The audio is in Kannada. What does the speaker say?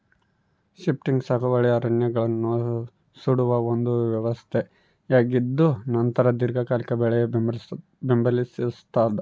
ಶಿಫ್ಟಿಂಗ್ ಸಾಗುವಳಿ ಅರಣ್ಯಗಳನ್ನು ಸುಡುವ ಒಂದು ವ್ಯವಸ್ಥೆಯಾಗಿದ್ದುನಂತರ ದೀರ್ಘಕಾಲಿಕ ಬೆಳೆ ಬೆಂಬಲಿಸ್ತಾದ